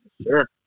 Sure